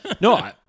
No